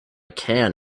can